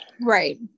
right